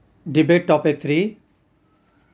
debate topic three